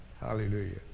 Hallelujah